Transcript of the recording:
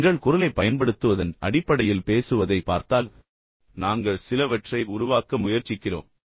எனவே எங்கள் குரலைப் பயன்படுத்துவதன் அடிப்படையில் பேசுவதைப் பார்த்தால் நாங்கள் சிலவற்றை உருவாக்க முயற்சிக்கிறோம்